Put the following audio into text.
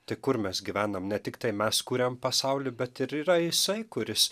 tai kur mes gyvenam ne tiktai mes kuriam pasaulį bet ir yra jisai kuris